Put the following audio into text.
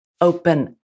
open